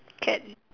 cat